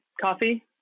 Coffee